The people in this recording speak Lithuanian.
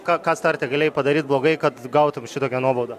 ką ką starte galėjai padaryt blogai kad gautum šitokią nuobaudą